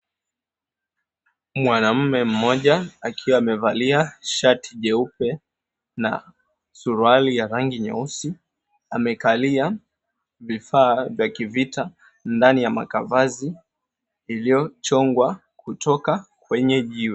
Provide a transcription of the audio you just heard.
Mwanamne mmoja akiwa amevalia shati jeupe na suruali ya rangi nyeusi amekalia vifaa vyakivita ndani ya makavazi iliyochongwa kutoka kwenye jiwe.